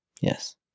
Yes